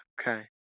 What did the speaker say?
Okay